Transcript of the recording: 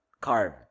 carve